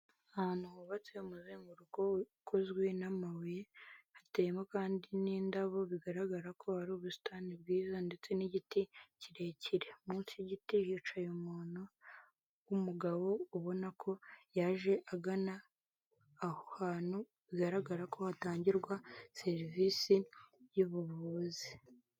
Ahantu hubatswe umuzenguruko ukozwe n'amabuye, hateyemo kandi n'indabo bigaragara ko ari ubusitani bwiza, ndetse n'igiti kirekire, munsi y'igiti hicaye umuntu w'umugabo, ubona ko yaje agana aho hantu bigaragara ko hatangirwa serivisi y'ubuvuzi.